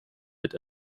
wird